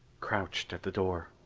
crouched at the door.